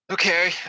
Okay